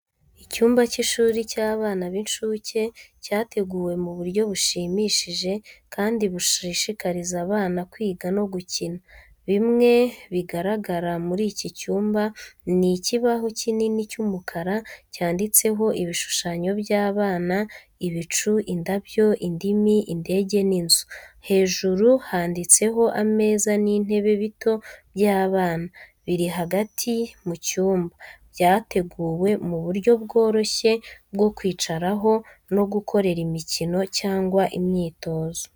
Icyumba cy’ishuri cy’abana b’incuke, cyateguwe mu buryo bushimishije kandi bushishikariza abana kwiga no gukina. Bimwe bigaragara muri iki cyumba ni ikibaho kinini cy’umukara cyanditseho ibishushanyo by’abana, ibicu, indabyo, indimi, indege n’inzu, hejuru handitseho ameza n’intebe bito by’abana, biri hagati mu cyumba, byateguwe mu buryo bworoshye bwo kwicaraho no gukorera imikino cyangwa imyitozo.